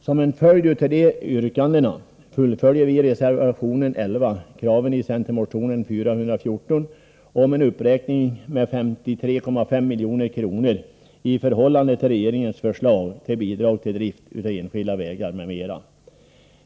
Som en följd av dessa yrkanden fullföljer vi i reservation 11 kraven i centermotion 414 på en uppräkning med 53,5 milj.kr. i förhållande till regeringens förslag till Bidrag till drift av enskilda vägar m.m.